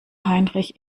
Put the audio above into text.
heinrich